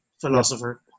philosopher